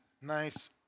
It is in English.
Nice